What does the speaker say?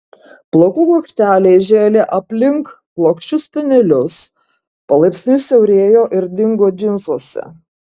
plaukų kuokšteliai žėlė aplink plokščius spenelius palaipsniui siaurėjo ir dingo džinsuose